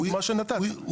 בדוגמא שנתת.